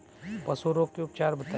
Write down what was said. पशु रोग के उपचार बताई?